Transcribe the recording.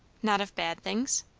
not of bad things?